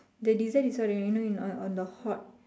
the dessert is what you know on on the hot